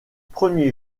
premier